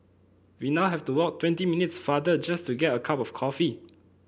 we now have to walk twenty minutes farther just to get a cup of coffee